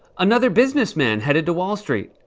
another businessman headed to wall street.